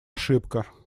ошибка